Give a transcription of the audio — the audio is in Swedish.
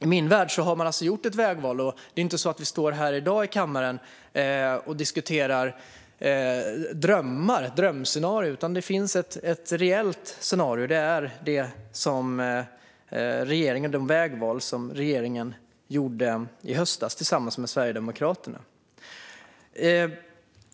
I min värld har man gjort ett vägval. Det är inte så att vi står här i dag i kammaren och diskuterar drömscenarier. Det finns ett reellt scenario, och det är de vägval som regeringen gjorde i höstas tillsammans med Sverigedemokraterna.